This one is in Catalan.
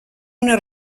una